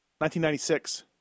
1996